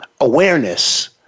awareness